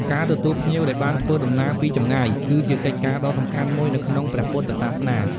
ការទទួលភ្ញៀវដែលបានធ្វើដំណើរពីចម្ងាយ គឺជាកិច្ចការដ៏សំខាន់មួយនៅក្នុងព្រះពុទ្ធសាសនា។